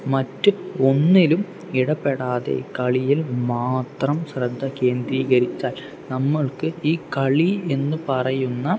മറ്റ് ഒന്നിലും ഇടപെടാതെ കളിയിൽ മാത്രം ശ്രദ്ധ കേന്ദ്രീകരിച്ചാൽ നമ്മൾക്ക് ഈ കളി എന്നു പറയുന്ന